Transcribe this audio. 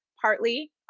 partly